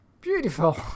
beautiful